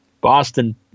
Boston